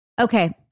Okay